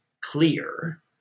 clear